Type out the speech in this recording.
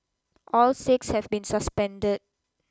all six have been suspended